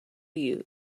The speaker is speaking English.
you